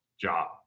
job